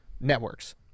networks